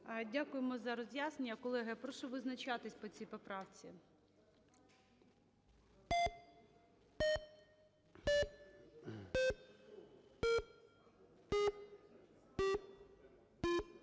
Дякуємо за роз'яснення. Колеги, прошу визначатись по цій поправці.